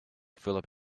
phillip